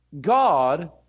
God